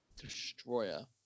Destroyer